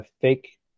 fake